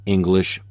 English